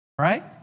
right